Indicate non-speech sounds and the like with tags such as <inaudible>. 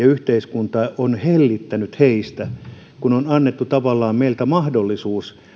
<unintelligible> yhteiskunta hellittänyt ja onko heille annettu tavallaan meiltä mahdollisuus